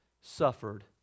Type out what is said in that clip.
suffered